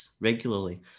regularly